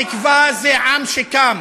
תקווה זה עם שקם,